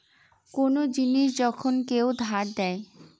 কোন জিনিস যখন কেউ ধার দেয়